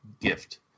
gift